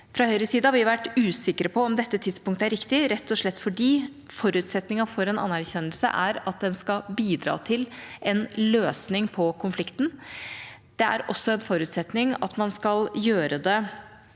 Fra Høyres side har vi vært usikre på om dette tidspunktet er riktig, rett og slett fordi forutsetningen for en anerkjennelse er at den skal bidra til en løsning på konflikten. Det er også en forutsetning at man skal gjøre det